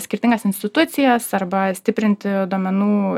skirtingas institucijas arba stiprinti duomenų